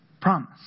promise